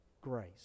grace